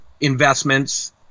investments